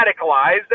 radicalized